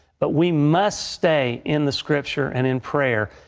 but we must stay in the scripture and in prayer.